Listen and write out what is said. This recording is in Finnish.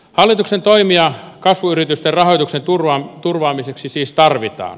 hallituksen toimia kasvuyritysten rahoituksen turvaamiseksi siis tarvitaan